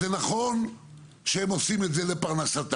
זה נכון שהם עושים את זה לפרנסתם,